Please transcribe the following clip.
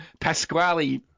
Pasquale